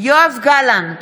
יואב גלנט,